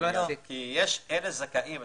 אלה זכאים.